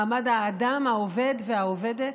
מעמד האדם העובד והעובדת.